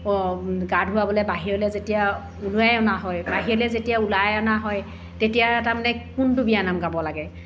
গা ধুৱাবলৈ বাহিৰলৈ যেতিয়া ওলোৱাই অনা হয় বাহিৰলৈ যেতিয়া ওলাই অনা হয় তেতিয়া তাৰমানে কোনটো বিয়ানাম গাব লাগে